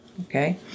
Okay